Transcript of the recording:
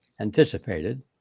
anticipated